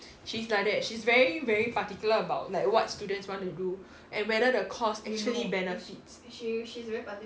she's like that she's very very particular about like what students want to do and whether the costs actually benefits